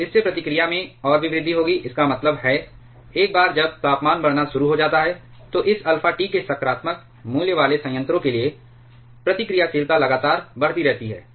तो इससे प्रतिक्रिया में और भी वृद्धि होगी इसका मतलब है एक बार जब तापमान बढ़ना शुरू हो जाता है तो इस अल्फा T के सकारात्मक मूल्य वाले संयंत्रों के लिए प्रतिक्रियाशीलता लगातार बढ़ती रहती है